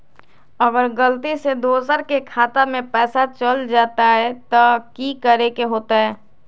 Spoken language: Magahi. अगर गलती से दोसर के खाता में पैसा चल जताय त की करे के होतय?